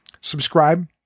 subscribe